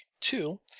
Two